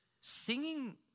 singing